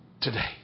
today